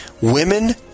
women